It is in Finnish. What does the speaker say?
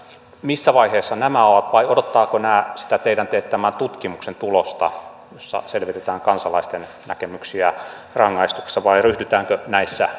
missä vaiheessa nämä ovat odottavatko nämä sitä teidän teettämän tutkimuksen tulosta jossa selvitetään kansalaisten näkemyksiä rangaistuksista vai ryhdytäänkö näissä